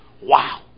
wow